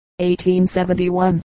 1871